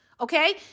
Okay